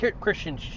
Christian